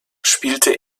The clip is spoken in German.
spielte